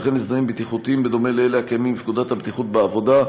וכן הסדרים בטיחותיים בדומה לאלה הקיימים בפקודת הבטיחות בעבודה,